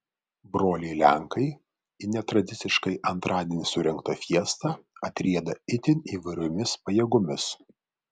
broliai lenkai į netradiciškai antradienį surengtą fiestą atrieda itin įvairiomis pajėgomis